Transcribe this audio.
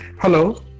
Hello